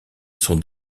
son